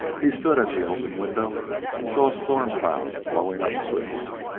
he stood at the open window and saw storm clouds blowing up swiftly.